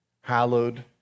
hallowed